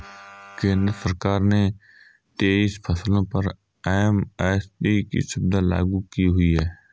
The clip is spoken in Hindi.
केंद्र सरकार ने तेईस फसलों पर एम.एस.पी की सुविधा लागू की हुई है